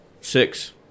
six